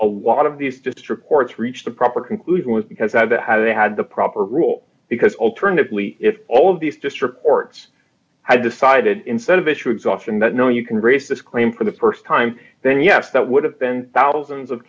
a lot of these district courts reach the proper conclusion was because of the how they had the proper rule because alternatively if all of these district courts had decided instead of issue exhaustion that no you can raise this claim for the st time then yes that would have been thousands of